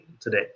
today